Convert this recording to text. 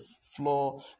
floor